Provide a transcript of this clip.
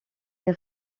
des